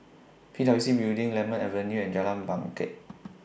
P W C Building Lemon Avenue and Jalan Bangket